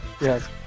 Yes